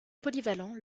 polyvalent